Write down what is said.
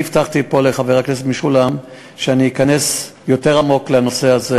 אני הבטחתי פה לחבר הכנסת משולם נהרי שאני אכנס יותר עמוק לנושא הזה.